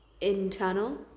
internal